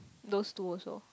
those two also